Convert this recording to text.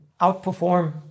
outperform